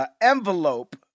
envelope